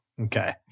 Okay